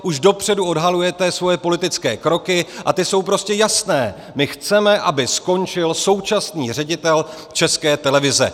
Už dopředu odhalujete svoje politické kroky, a ty jsou prostě jasné: My chceme, aby skončil současný ředitel České televize.